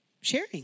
Sharing